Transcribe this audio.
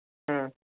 ꯎꯝ